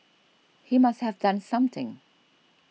he must have done something